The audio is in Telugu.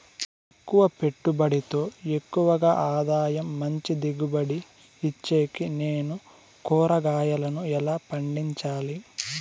తక్కువ పెట్టుబడితో ఎక్కువగా ఆదాయం మంచి దిగుబడి ఇచ్చేకి నేను కూరగాయలను ఎలా పండించాలి?